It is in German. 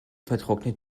vertrocknet